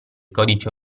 codice